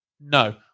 No